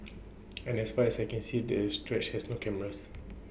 and as far as I can see this stretch has no cameras